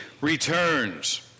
returns